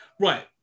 right